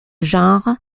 genre